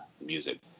music